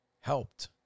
helped